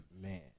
Man